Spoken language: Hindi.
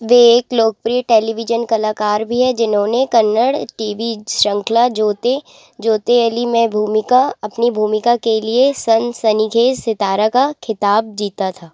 वे एक लोकप्रिय टेलीविजन कलाकार भी हैं जिन्होंने कन्नड़ टी वी श्रृंखला जोते जोतेयलि में भूमिका अपनी भूमिका के लिए सनसनीखेज सितारा का खिताब जीता था